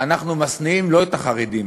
אנחנו משניאים לא את החרדים,